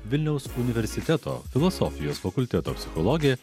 vilniaus universiteto filosofijos fakulteto psichologė